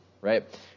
right